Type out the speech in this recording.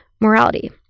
morality